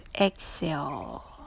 exhale